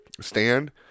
stand